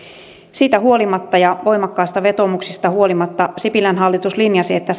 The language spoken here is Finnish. siitä huolimatta ja voimakkaista vetoomuksista huolimatta sipilän hallitus linjasi että